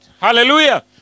Hallelujah